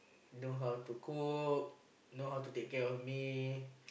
know how to cook know how to take care of me